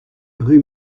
rue